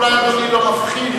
אולי אדוני לא מבחין,